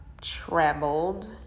Traveled